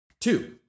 Two